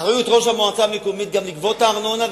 אחריות ראש המועצה המקומית היא גם לגבות את הארנונה,